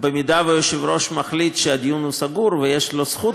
אם היושב-ראש מחליט שהדיון הוא סגור, ויש לו זכות